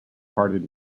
parted